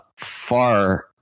far